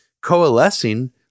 coalescing